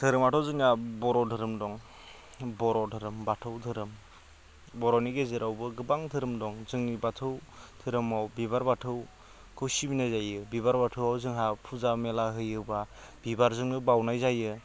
धोरोमाथ' जोंना बर' धोरोम दं बाथौ धोरोम बर'नि गेजेरावबो गोबां धोरोम दं जोंनि बाथौ धोरोमाव बिबार बाथौखौ सिबिनाय जायो बिबार बाथौआव जोंहा फुजा मेला होयोब्ला बिबारजोंनो बाउनाय जायो